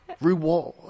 reward